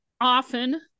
often